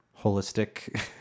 holistic